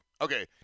Okay